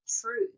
true